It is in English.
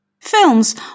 Films